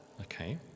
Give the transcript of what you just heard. okay